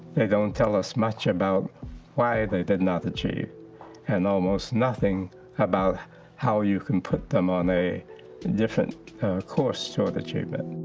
they don't tell us much about why they did not achieve and almost nothing about how you can put them on a different course toward achievement.